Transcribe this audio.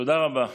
תודה רבה.